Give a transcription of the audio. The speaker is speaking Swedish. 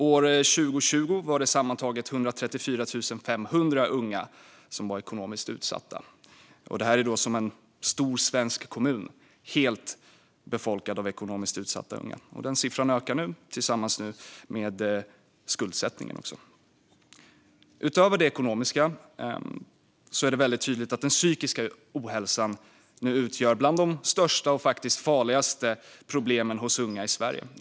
År 2020 var det sammantaget 134 500 unga som var ekonomiskt utsatta. Det motsvarar en stor svensk kommun helt befolkad av ekonomiskt utsatta unga. Den siffran ökar nu tillsammans med skuldsättningen. Utöver det ekonomiska är det väldigt tydligt att den psykiska ohälsan nu utgör ett av de största och farligaste problemen hos unga i Sverige.